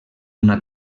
una